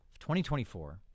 2024